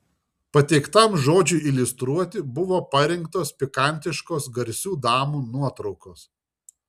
pateiktam žodžiui iliustruoti buvo parinktos pikantiškos garsių damų nuotraukos